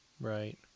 Right